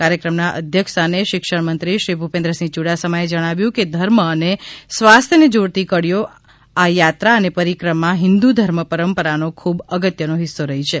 કાર્યક્રમના અધ્યક્ષસ્થાને શિક્ષણમંત્રીશ્રી ભૂપેન્દ્રસિંહ યુડાસમાએ જણાવ્યું હતું કે ધર્મ્મ અને સ્વાસ્થ્યને જોડતી કડીઓ યાત્રા અને પરિક્રમા હિંદુ ધર્મ પરંપરાનો ખૂબ અગત્યનો હિસ્સો રહી છે